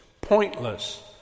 pointless